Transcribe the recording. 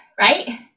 right